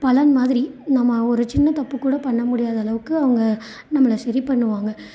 பலன் மாதிரி நம்ம ஒரு சின்ன தப்பு கூட பண்ண முடியாத அளவுக்கு அவங்க நம்மளை சரி பண்ணுவாங்க